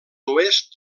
oest